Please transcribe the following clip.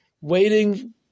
waiting